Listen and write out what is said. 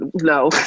no